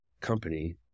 company